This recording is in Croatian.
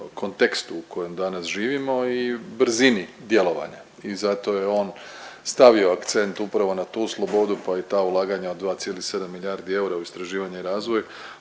kontekstu u kojem danas živimo i brzini djelovanja. I zato je on stavio akcent upravo na tu slobodu pa i ta ulaganja od 2,7 milijardi eura u istraživanje i razvoj